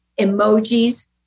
emojis